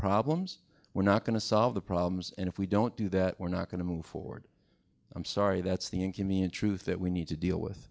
problems we're not going to solve the problems and if we don't do that we're not going to move forward i'm sorry that's the inconvenient truth that we need to deal with